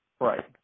Right